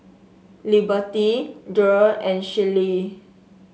Liberty Jere and Shellie